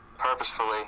purposefully